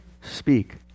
speak